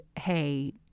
hey